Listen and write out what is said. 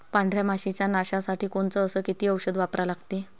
पांढऱ्या माशी च्या नाशा साठी कोनचं अस किती औषध वापरा लागते?